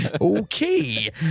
okay